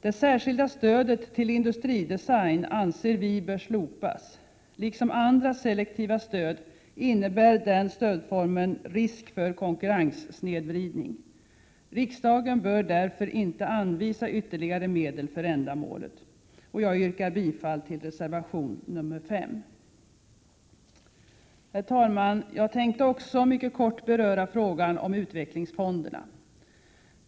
Det särskilda stödet till industridesign anser vi bör slopas. Liksom andra selektiva stöd innebär denna stödform risk för konkurrenssnedvridning. Riksdagen bör därför inte anvisa ytterligare medel för ändamålet. Jag yrkar bifall till reservation nr 5. Herr talman! Jag tänkte också mycket kort beröra frågan om utvecklingsfonderna.